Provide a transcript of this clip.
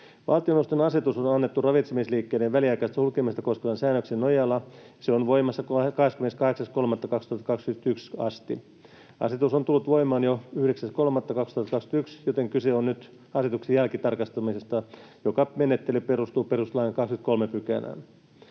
Valtioneuvoston asetus on annettu ravitsemisliikkeiden väliaikaista sulkemista koskevan säännöksen nojalla. Se on voimassa 28.3.2021 asti. Asetus on tullut voimaan jo 9.3.2021, joten kyse on nyt asetuksen jälkitarkastamisesta, joka menettely perustuu perustuslain 23 §:ään.